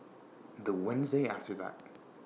The Wednesday after that